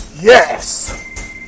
Yes